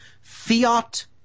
Fiat